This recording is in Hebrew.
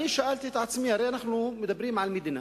אני שאלתי את עצמי, הרי אנחנו מדברים על מדינה,